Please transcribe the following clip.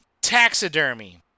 Taxidermy